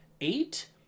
Eight